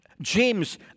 James